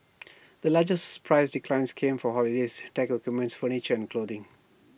the largest price declines came for holidays tech equipment furniture and clothing